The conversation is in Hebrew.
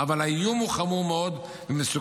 אבל האיום הוא חמור מאוד ומסוכן.